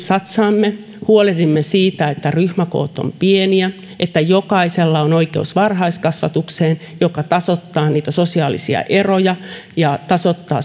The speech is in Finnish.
satsaamme huolehdimme siitä että ryhmäkoot ovat pieniä että jokaisella on oikeus varhaiskasvatukseen joka tasoittaa niitä sosiaalisia eroja ja tasoittaa